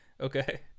Okay